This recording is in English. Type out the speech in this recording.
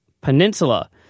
Peninsula